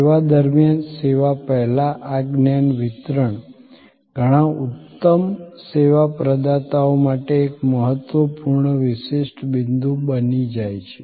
સેવા દરમિયાન સેવા પહેલાં આ જ્ઞાન વિતરણ ઘણા ઉત્તમ સેવા પ્રદાતાઓ માટે એક મહત્વપૂર્ણ વિશિષ્ટ બિંદુ બની જાય છે